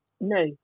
No